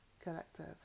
collective